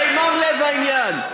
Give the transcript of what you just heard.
הרי מה לב העניין?